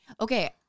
Okay